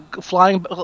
Flying